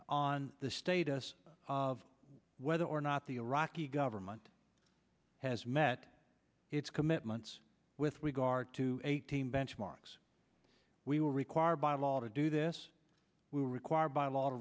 on the status of whether or not the iraqi government has met its commitments with regard to eighteen benchmarks we were required by law to do this we were required by law